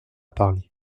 parler